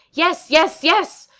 yes! yes! yes!